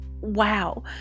wow